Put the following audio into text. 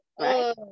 Right